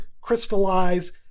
crystallize